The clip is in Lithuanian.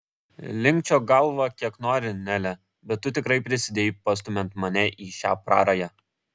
linkčiok galvą kiek nori nele bet tu tikrai prisidėjai pastumiant mane į šią prarają